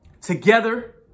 together